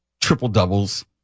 triple-doubles